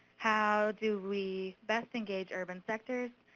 how do we best engage urban sectors,